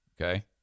Okay